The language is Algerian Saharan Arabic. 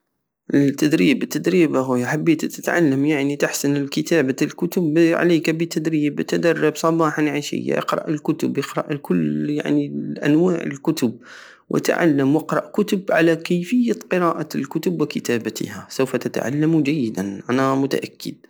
التدريب التدريب يا خويا حبيت تتعلم تحسن كتابة الكتب عليك بالتدريب تدرب صباحا عشية اقرأ الكتب اقرأ كل- يعني انواع الكتب وتعلم اقراء الكتب على كيفية قراءة الكتب وكتابتها سوف تتعلم جيدا انا متاكد